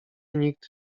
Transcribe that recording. nikt